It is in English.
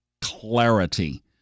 clarity